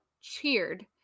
cheered